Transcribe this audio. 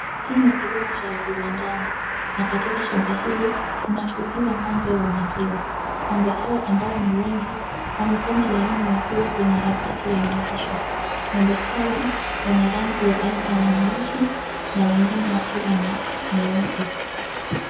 Hii ni kilimo cha viwandani na katika shamba hili kunafungiwa ng'ombe wa maziwa. Ng'ombe hawa ambao ni wengi wamepanga laini wakiwa kwenye harakati ya malisho. Ng'ombe hawa wana rangi ya aina ya nyeusi na wengine wakiwa na nyeupe.